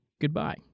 goodbye